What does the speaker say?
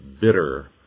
bitter